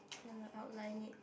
can the outline it